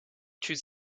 чуть